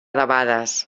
debades